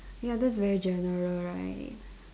ya that's very general right